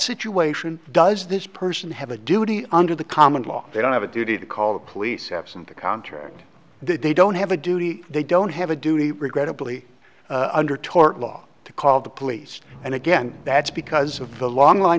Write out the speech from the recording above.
situation does this person have a duty under the common law they don't have a duty to call the police absent a contract they don't have a duty they don't have a duty regrettably under tort law to call the police and again that's because of the long line